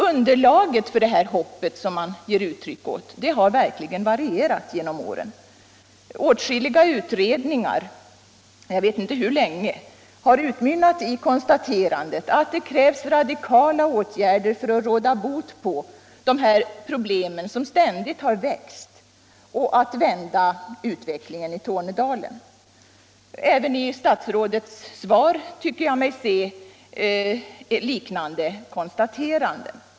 Underlaget för det hopp man ger uttryck åt har verkligen varierat genom åren. Åtskilliga utredningar — jag vet inte hur länge de har hållit på — har utmynnat i konstaterandet att det krävs radikala åtgärder för att råda bot på de här problemen, som ständigt har vuxit, ocH vända utvecklingen i Tornedalen. Även i statsrådets svar tycker jag mig se liknande konstateranden.